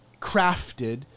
crafted